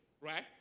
right